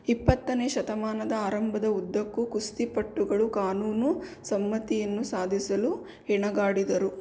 ಇಪ್ಪತ್ತನೇ ಶತಮಾನದ ಆರಂಭದ ಉದ್ದಕ್ಕೂ ಕುಸ್ತಿಪಟುಗಳು ಕಾನೂನು ಸಮ್ಮತಿಯನ್ನು ಸಾಧಿಸಲು ಹೆಣಗಾಡಿದರು